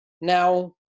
Now